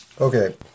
Okay